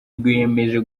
rwiyemeje